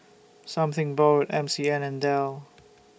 Something Borrowed M C M and Dell